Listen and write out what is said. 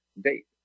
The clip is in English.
date